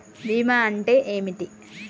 బీమా అంటే ఏమిటి?